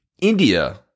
India